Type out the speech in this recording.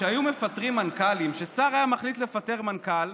שהיו מפטרים מנכ"לים, ששר היה מחליט לפטר מנכ"ל,